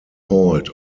halt